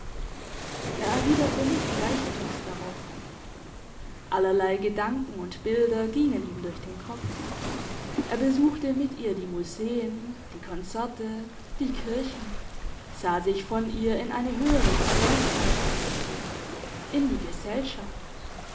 er erwiderte nicht gleich etwas darauf allerlei gedanken und bilder gingen ihm durch den kopf er besuchte mit ihr die museen die konzerte die kirchen sah sich von ihr in eine höhere geselligkeit eingeführt in die gesellschaft